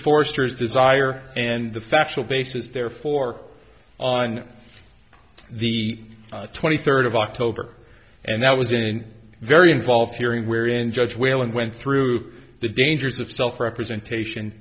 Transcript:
forster's desire and the factual basis therefore on the twenty third of october and that was in a very involved hearing where in judge whalen went through the dangers of self representation